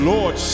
Lord